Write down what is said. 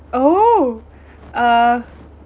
oh uh